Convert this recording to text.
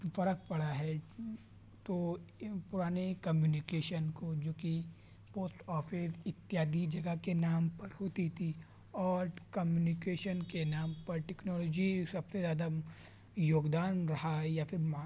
فرق پڑا ہے تو پرانے کمیونیکیشن کو جو کہ پوسٹ آفس اتیادی جگہ کے نام پر ہوتی تھی اور کمیونیکیشن کے نام پر ٹیکنالوجی سب سے زیادہ یوگدان رہا ہے یا پھر مہاں